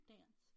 Dance